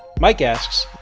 mike asks,